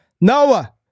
Noah